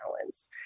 balance